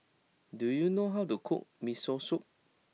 do you know how to cook Miso Soup